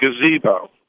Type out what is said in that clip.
gazebo